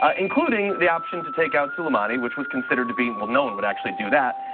ah including the option to take out soleimani, which was considered to be, well, no one would actually do that.